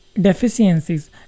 deficiencies